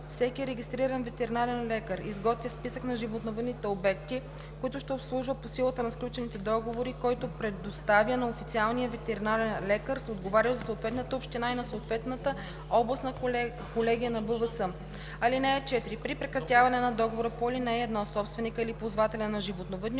Всеки регистриран ветеринарен лекар изготвя списък на животновъдните обекти, които ще обслужва по силата на сключените договори, който предоставя на официалния ветеринарен лекар, отговарящ за съответната община, и на съответната областна колегия на БВС. (4) При прекратяване на договора по ал. 1 собственикът или ползвателят на животновъдния